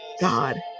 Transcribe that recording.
God